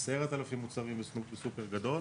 10,000 מוצרים בסופר גדול,